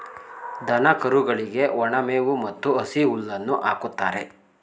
ದನ ಕರುಗಳಿಗೆ ಒಣ ಮೇವು ಮತ್ತು ಹಸಿ ಹುಲ್ಲನ್ನು ಕೊಡುತ್ತಾರೆ